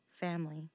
family